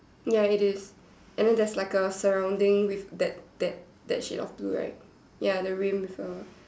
ya it is and then there's like a surrounding with that that that shade of blue right ya the rim also